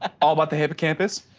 all about the hippocampus,